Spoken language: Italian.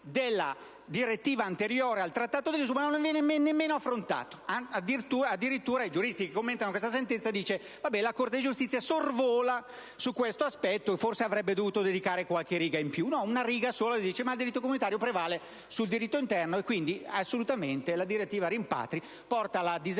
la Corte di giustizia sorvola su questo aspetto, forse avrebbe dovuto dedicarvi qualche riga in più invece che una riga sola. ma il diritto comunitario prevale sul diritto interno, e quindi la direttiva rimpatri porta alla disapplicazione,